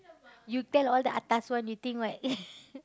you tell all the atas one you think what